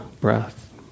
breath